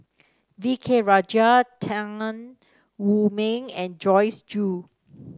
V K Rajah Tan Wu Meng and Joyce Jue